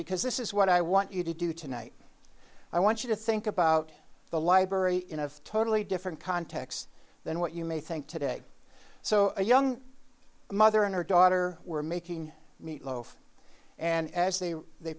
because this is what i want you to do tonight i want you to think about the library in a totally different context than what you may think today so a young mother and her daughter were making meatloaf and as they